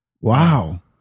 Wow